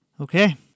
okay